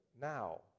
now